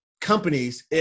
companies